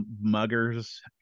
muggers